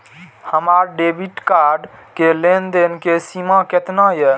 हमार debit card के लेन देन के सीमा केतना ये?